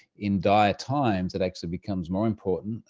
in dire times, it actually becomes more important.